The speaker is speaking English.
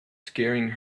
scaring